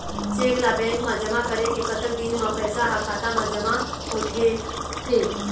Cheque ला bank मा जमा करे के कतक दिन मा पैसा हा खाता मा जमा होथे थे?